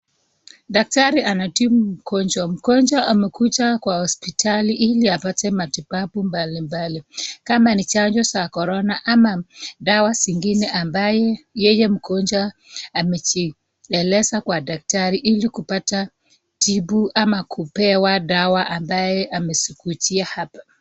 Daktari anatibu mgonjwa. Mgonjwa amekuja kwa hospitali ili apate matibabu mbalimbali, kama ni chanjo za Corona ama dawa zingine ambaye yeye mgonjwa amejieleza kwa daktari ili kupata tibu ama kupewa dawa ambaye amezikujia hapa.